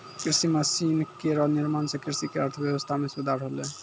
कृषि मसीन केरो निर्माण सें कृषि क अर्थव्यवस्था म सुधार होलै